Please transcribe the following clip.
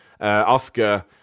Oscar